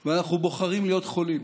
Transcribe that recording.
אבל אנחנו בוחרים להיות חולים.